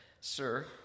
sir